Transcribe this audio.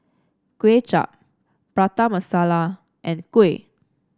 Kuay Chap Prata Masala and Kuih